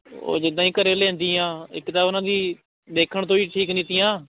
ਉਹ ਜਿੱਦਾਂ ਹੀ ਘਰ ਲਿਆਉਂਦੀਆਂ ਇੱਕ ਤਾਂ ਉਹਨਾਂ ਦੀ ਦੇਖਣ ਤੋਂ ਹੀ ਠੀਕ ਨਹੀਂ ਤੀਆਂ